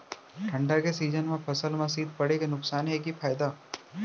ठंडा के सीजन मा फसल मा शीत पड़े के नुकसान हे कि फायदा?